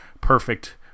perfect